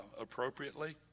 appropriately